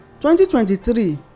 2023